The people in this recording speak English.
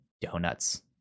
donuts